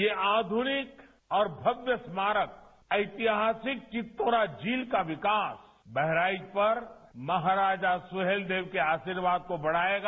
ये आध्रनिक और भव्य स्मारक ऐतिहासिक चितौरा झील का विकास बहराइच पर महाराजा सुहेलदेव के आर्शीवाद को बढ़ाएगा